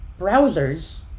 browsers